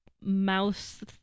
mouse